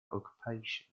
occupations